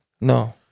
No